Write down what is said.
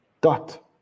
Dot